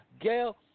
Gail